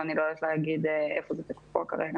אבל אני לא יודעת להגיד איפה זה תקוע כרגע,